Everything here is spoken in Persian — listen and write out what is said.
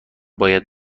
باید